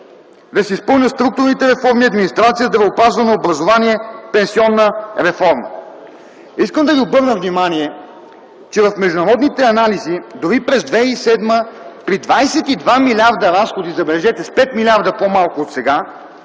Да се изпълнят структурните реформи в администрация, здравеопазване, образование, пенсионна реформа. Искам да ви обърна внимание, че в международните анализи дори през 2007 г. при 22 млрд. разходи – забележете, с 5 млрд. по малко от сега